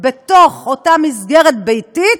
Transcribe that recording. בתוך אותה מסגרת ביתית,